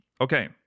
Okay